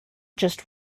just